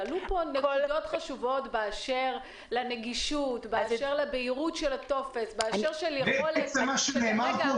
עלו פה נקודות חשובות באשר לנגישות ולבהירות של הטופס --- מה שנאמר פה